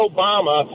Obama